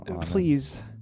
please